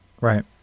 Right